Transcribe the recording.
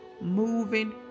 moving